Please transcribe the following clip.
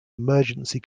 emergency